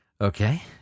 Okay